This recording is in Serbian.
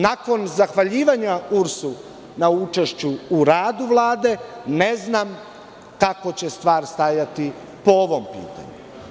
Nakon zahvaljivanja URS-u na učešću u radu Vlade, ne znam kako će stvar stajati po ovom pitanju.